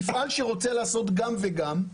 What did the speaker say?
מפעל שרוצה לעשות גם וגם,